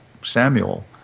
Samuel